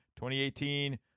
2018